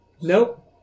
Nope